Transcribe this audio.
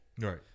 Right